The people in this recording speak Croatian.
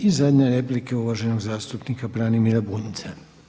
I zadnja replika je uvaženog zastupnika Branimira Bunjca.